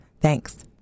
Thanks